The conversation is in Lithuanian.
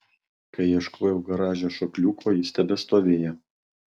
kai ieškojau garaže šokliuko jis tebestovėjo